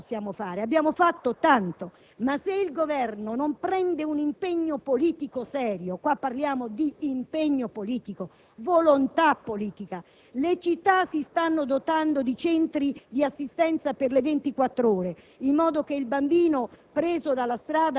noi, cosa possiamo fare? Abbiamo fatto tanto, ma il Governo deve prendere un impegno politico serio: qui parliamo di impegno politico, di volontà politica. Le città si stanno dotando di centri di assistenza attivi 24 ore, in modo che il bambino